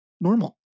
normal